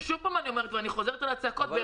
שוב פעם אני חוזרת על מה שצעקתי,